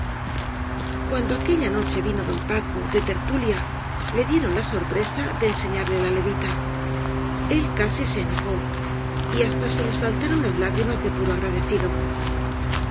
cuando aquella noche vino don paco de tertulia le dieron la sorpresa de enseñarle la levita el casi se enojó y hasta se le saltaron las lágri mas de puro agradecido